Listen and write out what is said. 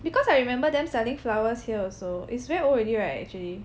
because I remember them selling flowers here also it's very old already right actually